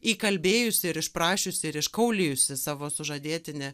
įkalbėjusi ir išprašiusi ir iškaulijusi savo sužadėtinį